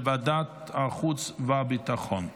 לוועדת החוץ והביטחון נתקבלה.